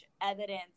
evidence